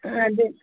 ಹಾಂ ಅದೇ